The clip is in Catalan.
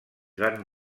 van